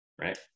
right